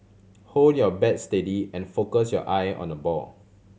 hold your bat steady and focus your eye on the ball